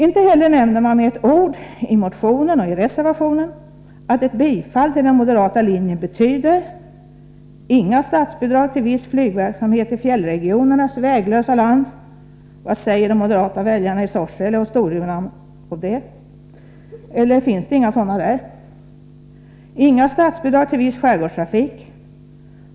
Inte heller nämner man med ett ord i motion eller i reservation att ett bifall till den moderata reservationen betyder: inga statsbidrag till viss flygverksamhet i fjällregionernas väglösa land. Vad säger de moderata väljarna i Sorsele och Storuman om detta? Eller finns det inga sådana där? Inte heller blir det några statsbidrag till viss skärgårdstrafik.